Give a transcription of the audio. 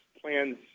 plans